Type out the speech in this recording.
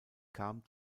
kam